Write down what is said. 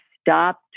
stop